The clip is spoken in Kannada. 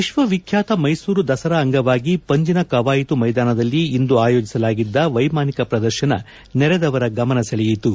ವಿಶ್ವ ವಿಖ್ಯಾತ ಮೈಸೂರು ದಸರಾ ಅಂಗವಾಗಿ ಪಂಜಿನ ಕವಾಯತು ಮೈದಾನದಲ್ಲಿ ಇಂದು ಆಯೋಜಿಸಲಾಗಿದ್ದ ವೈಮಾನಿಕ ಪ್ರದರ್ಶನ ನೆರೆದವರ ಗಮನ ಸೆಳೆಯಿತು